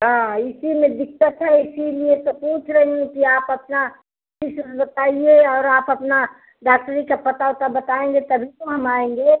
हाँ इसी में दिक्कत है इसीलिए तो पूछ रही हूँ कि आप अपना फीस ओस बताइए और आप अपना डाक्टरी का पता ओता बताएंगे तभी तो हम आएंगे